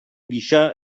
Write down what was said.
gisa